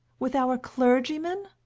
with our clergyman?